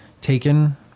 Taken